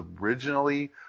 originally